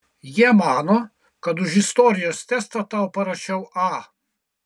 jie mano kad už istorijos testą tau parašiau a